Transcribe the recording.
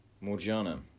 Morgiana